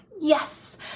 yes